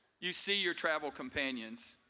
you see your travel companions.